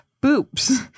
boobs